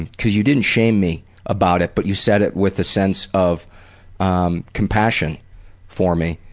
and cause you didn't shame me about it, but you said it with a sense of um compassion for me,